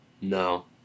no